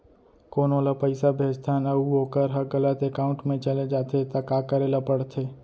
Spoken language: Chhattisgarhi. कोनो ला पइसा भेजथन अऊ वोकर ह गलत एकाउंट में चले जथे त का करे ला पड़थे?